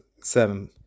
seven